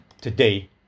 today